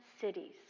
cities